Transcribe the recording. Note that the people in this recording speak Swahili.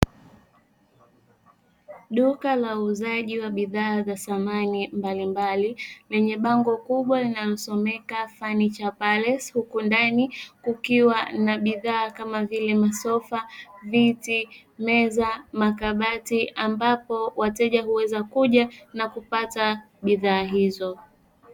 Duka la uuzaji wa bidhaa za zamani mbalimbali, lenye bango kubwa linalosomeka, "FURNITURE PALACE" kukiwa ndani tukiwa na bidhaa kama vile msofa, viti, meza, makabati, ambapo wateja huweza kuja na kupata bidhaa hizo.